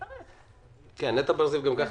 חודשים רטרו רק לאלה שהשתחררו במהלך השנה האחרונה,